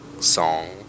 song